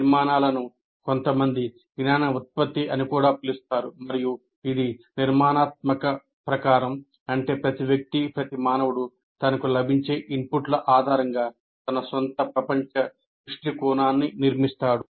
నిర్మాణాలను కొంతమంది జ్ఞాన ఉత్పత్తి అని కూడా పిలుస్తారు మరియు ఇది నిర్మాణాత్మకత ప్రకారం అంటే ప్రతి వ్యక్తి ప్రతి మానవుడు తనకు లభించే ఇన్పుట్ల ఆధారంగా తన సొంత ప్రపంచ దృష్టికోణాన్ని నిర్మిస్తాడు